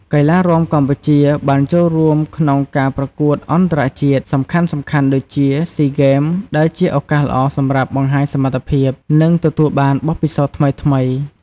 កីឡារាំកម្ពុជាបានចូលរួមក្នុងការប្រកួតអន្តរជាតិសំខាន់ៗ ដូចជា សុីហ្គេម ដែលជាឱកាសល្អសម្រាប់បង្ហាញសមត្ថភាព និងទទួលបានបទពិសោធន៍ថ្មីៗ។